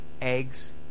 eggs